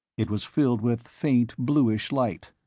it was filled with faint bluish light.